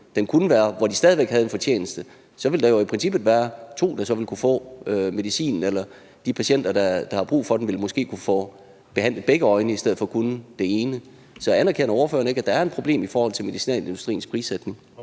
den kunne være, og stadig væk havde en fortjeneste, ville der i princippet være to, der så ville kunne få medicin, eller de patienter, der har brug for den, ville måske kunne få behandlet begge øjne i stedet for kun det ene? Så anerkender ordføreren ikke, at der er et problem i forhold til medicinalindustriens prissætning?